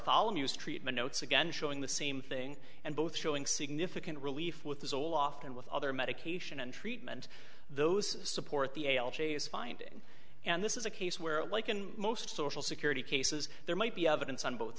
s treatment notes again showing the same thing and both showing significant relief with the zoloft and with other medication and treatment those support the a l j is finding and this is a case where like in most social security cases there might be evidence on both